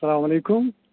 السلامُ علیکُم